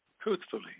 truthfully